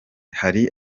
hari